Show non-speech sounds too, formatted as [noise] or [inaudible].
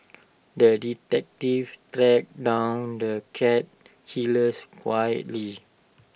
the detective tracked down the cat killers [unintelligible]